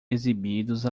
exibidos